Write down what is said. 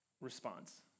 response